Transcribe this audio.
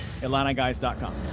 AtlantaGuys.com